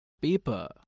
paper